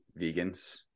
vegans